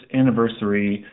anniversary